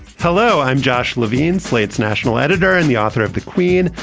hello, i'm josh levine, slate's national editor and the author of the queen.